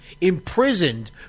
imprisoned